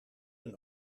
een